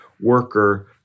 worker